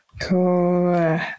cool